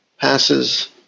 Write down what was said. passes